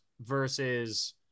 versus